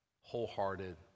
wholehearted